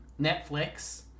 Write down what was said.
Netflix